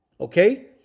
Okay